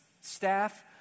staff